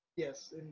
Yes